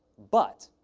but,